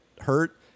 hurt